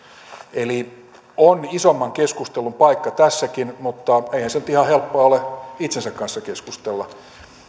eli on isomman keskustelun paikka tässäkin mutta eihän se nyt ihan helppoa ole itsensä kanssa keskustella